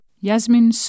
Yasmin